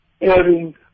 airing